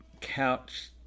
couch